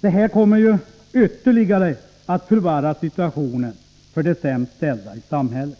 Det här kommer ytterligare att förvärra situationen för de sämst ställda i samhället.